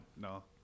no